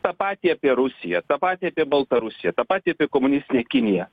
tą patį apie rusiją tą patį apie baltarusiją tą patį apie komunistinę kiniją